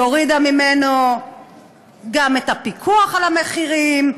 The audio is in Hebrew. היא הורידה ממנו גם את הפיקוח על המחירים,